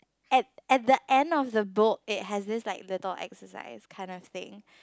at at the end of the book it has this like the dot exercise kind of thing